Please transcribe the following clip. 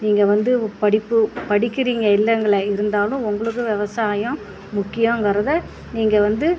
நீங்கள் வந்து படிப்பு படிக்கிறீங்க இல்லங்கல்ல இருந்தாலும் உங்களுக்கு வெவசாயம் முக்கியங்கிறத நீங்கள் வந்து